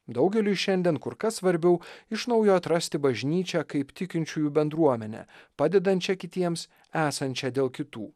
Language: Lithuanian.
daugeliui šiandien kur kas svarbiau iš naujo atrasti bažnyčią kaip tikinčiųjų bendruomenę padedančią kitiems esančią dėl kitų